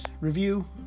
review